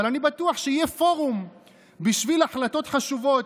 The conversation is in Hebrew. אבל אני בטוח שיהיה פורום בשביל החלטות חשובות.